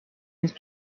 نیست